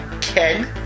Ken